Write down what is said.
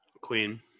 Queen